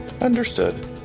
Understood